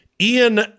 Ian